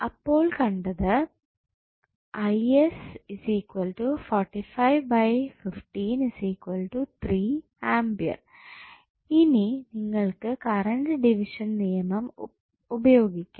അപ്പോൾ കറണ്ട് ഇനി നിങ്ങൾക്ക് കറണ്ട് ഡിവിഷൻ നിയമം ഉപയോഗിക്കാം